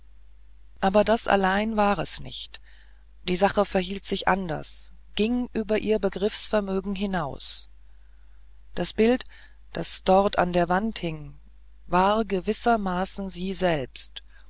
aber das allein war es nicht die sache verhielt sich anders ging über ihr begriffsvermögen hinaus das bild das dort an der wand hing war gewissermaßen sie selber